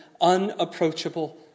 unapproachable